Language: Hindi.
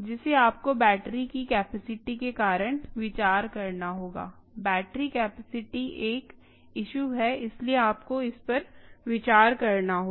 जिसे आपको बैटरी की कैपेसिटी के कारण विचार करना होगा बैटरी कैपेसिटी एक इशू है इसलिए आपको इस पर विचार करना होगा